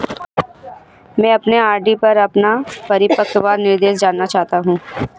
मैं अपने आर.डी पर अपना परिपक्वता निर्देश जानना चाहता हूं